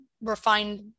refined